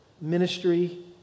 Ministry